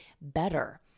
better